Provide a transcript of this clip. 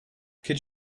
could